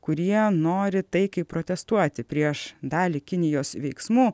kurie nori taikiai protestuoti prieš dalį kinijos veiksmų